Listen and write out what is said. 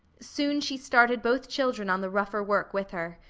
soon she started both children on the rougher work with her.